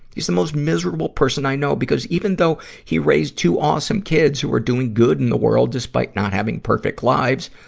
he's the most miserable person i know, because even though he raised two awesome kids who are doing good in the world despite not having perfect lives,